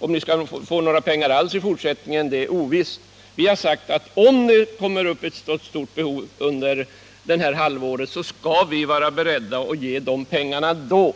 Om ni skall få några pengar alls i fortsättningen är ovisst. Vi har menat, att om det uppstår ett stort behov under detta halvår, skall vi vara beredda att ge pengarna då.